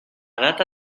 data